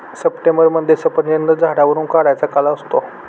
सप्टेंबरमध्ये सफरचंद झाडावरुन काढायचा काळ असतो